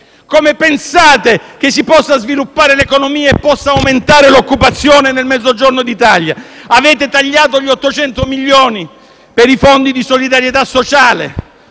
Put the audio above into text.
Come pensate che si possa sviluppare l'economia e possa aumentare l'occupazione nel Mezzogiorno d'Italia? Avete tagliato 800 milioni per i fondi di solidarietà sociale;